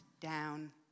down